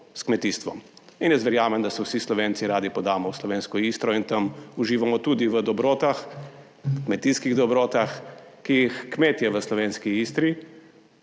s kmetijstvom. In jaz verjamem, da se vsi Slovenci radi podamo v slovensko Istro in tam uživamo tudi v dobrotah, kmetijskih dobrotah, ki jih kmetje v slovenski Istri,